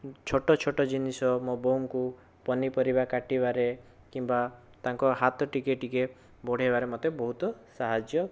ଛୋଟ ଛୋଟ ଜିନିଷ ମୋ ବୋଉଙ୍କୁ ପନିପରିବା କାଟିବାରେ କିମ୍ବା ତାଙ୍କ ହାତ ଟିକିଏ ଟିକିଏ ବଢ଼େଇବାରେ ମୋତେ ବହୁତ ସାହାଯ୍ୟ